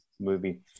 movie